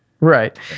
Right